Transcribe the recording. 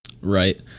Right